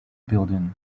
building